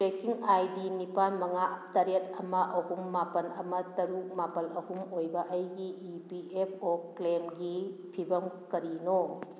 trekking I D ꯅꯤꯄꯥꯜ ꯃꯉꯥ ꯇꯔꯦꯠ ꯑꯃ ꯑꯍꯨꯝ ꯃꯥꯄꯜ ꯑꯃ ꯇꯔꯨꯛ ꯃꯥꯄꯜ ꯑꯍꯨꯝ ꯑꯣꯏꯕ ꯑꯩꯒꯤ ꯏ ꯄꯤ ꯑꯦꯐ ꯑꯣ ꯀ꯭ꯂꯦꯝꯒꯤ ꯐꯤꯕꯝ ꯀꯔꯤꯅꯣ